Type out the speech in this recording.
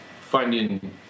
finding